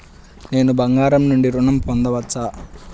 నేను బంగారం నుండి ఋణం పొందవచ్చా?